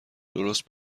درست